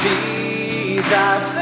Jesus